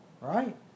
right